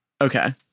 Okay